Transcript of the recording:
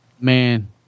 man